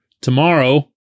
tomorrow